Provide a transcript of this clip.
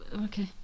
okay